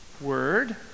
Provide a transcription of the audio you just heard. Word